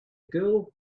girl